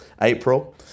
April